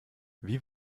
wie